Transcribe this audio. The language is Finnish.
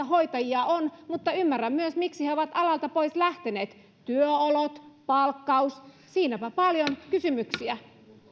hoitajia on mutta ymmärrän myös miksi he ovat alalta pois lähteneet työolot palkkaus siinäpä paljon kysymyksiä